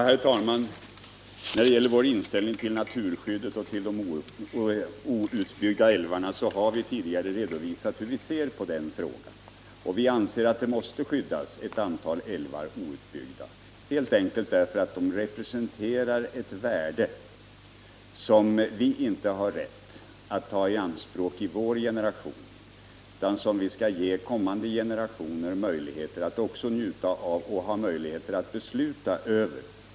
Herr talman! När det gäller naturskyddet och de outbyggda älvarna har vi tidigare redovisat vår inställning. Vi anser att ett antal älvar måste skyddas och förbli outbyggda, helt enkelt därför att de representerar ett värde som vi inte har rätt att ta i anspråk i vår generation utan som vi skall ge också kommande generationer möjlighet att njuta av och besluta över.